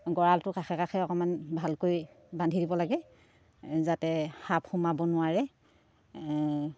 গঁৰালটো কাষে কাষে অকণমান ভালকৈ বান্ধি দিব লাগে যাতে সাপ সোমাব নোৱাৰে